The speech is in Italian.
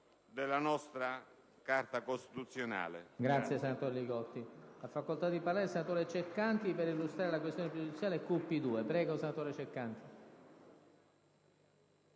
della nostra Carta costituzionale.